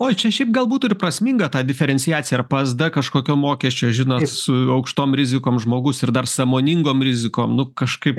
oi čia šiaip gal būtų ir prasminga ta diferenciacija ir psd kažkokio mokesčio žinot su aukštom rizikom žmogus ir dar sąmoningom rizikom nu kažkaip